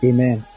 Amen